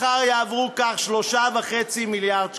מחר יעברו כך 3.5 מיליארד שקלים.